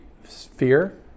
fear